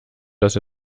dass